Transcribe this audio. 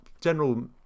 general